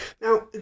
Now